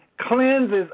cleanses